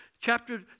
chapter